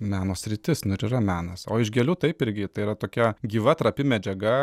meno sritis nu ir yra menas o iš gėlių taip irgi tai yra tokia gyva trapi medžiaga